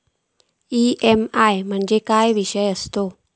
EMI म्हणजे काय विषय आसता?